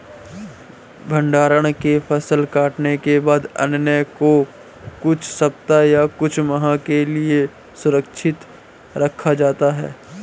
भण्डारण में फसल कटने के बाद अन्न को कुछ सप्ताह या कुछ माह के लिये सुरक्षित रखा जाता है